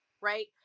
right